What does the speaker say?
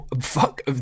Fuck